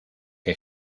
que